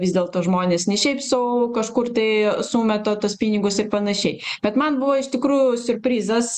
vis dėlto žmonės ne šiaip sau kažkur tai sumeta tuos pinigus ir panašiai bet man buvo iš tikrųjų siurprizas